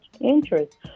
interest